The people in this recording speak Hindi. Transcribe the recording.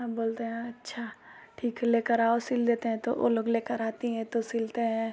हम बोलते हैं अच्छा ठीक है लेकर आओ सिल देते हैं तो वो लोग लेकर आती हैं तो सिलते हैं